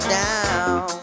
down